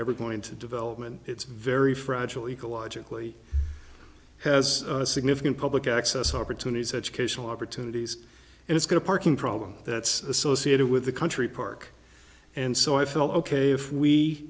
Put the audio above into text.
going to development it's very fragile ecologically has a significant public access opportunities educational opportunities and it's going to parking problem that's associated with the country park and so i felt ok if we